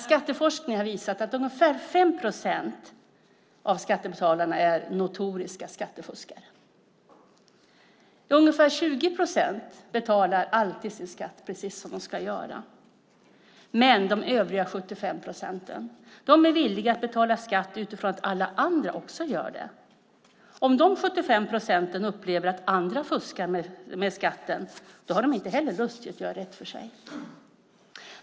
Skatteforskning har visat att ungefär 5 procent av skattebetalarna är notoriska skattefuskare. Ungefär 20 procent betalar alltid sin skatt precis som de ska göra. Men de övriga 75 procenten är villiga att betala skatt utifrån att alla andra också gör det. Om de 75 procenten upplever att andra fuskar med skatten har de inte heller lust att göra rätt för sig.